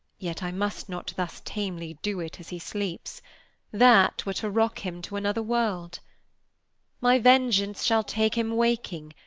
yet i must not thus tamely do it as he sleeps that were to rock him to another world my vengeance shall take him waking,